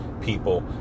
people